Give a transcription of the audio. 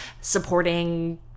supporting